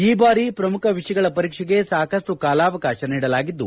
ಈ ಬಾರಿ ಪ್ರಮುಖ ವಿಷಯಗಳ ಪರೀಕ್ಷೆಗೆ ಸಾಕಷ್ಟು ಕಾಲಾವಕಾಶ ನೀಡಲಾಗಿದ್ದು